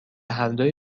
هردو